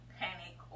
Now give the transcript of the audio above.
panic